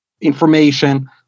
information